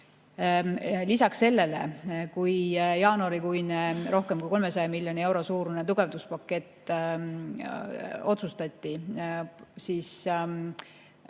hiljem. Lisaks sellele, kui jaanuarikuine rohkem kui 300 miljoni euro suurune tugevduspakett otsustati, oli